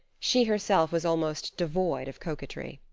she herself was almost devoid of coquetry.